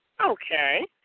Okay